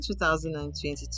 2022